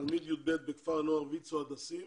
תלמיד כיתה י"ב בכפר הנוער ויצ"ו הדסים.